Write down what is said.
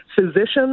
Physicians